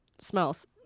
smells